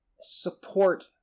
...support